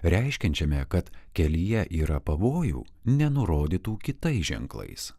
reiškiančiame kad kelyje yra pavojų nenurodytų kitais ženklais